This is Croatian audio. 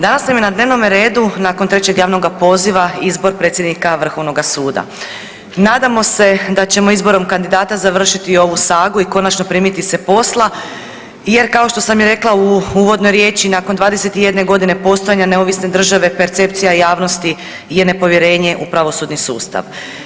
Danas nam je na dnevnom redu nakon trećega javnog poziva izbor predsjednika Vrhovnoga suda, nadamo se da ćemo izborom kandidata završiti ovu sagu i konačno primiti se posla jer kao što sam i rekla u uvodnoj riječi nakon 21 godine postojanja neovisne države percepcija javnosti je nepovjerenje u pravosudni sustav.